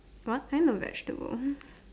what kind of vegetable